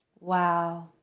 Wow